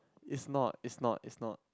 it's not it's not it's not